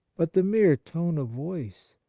but the mere tone of voice,